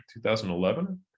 2011